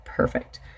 Perfect